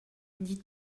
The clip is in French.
dit